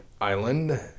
Island